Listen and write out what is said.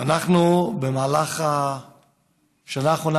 במהלך השנה האחרונה,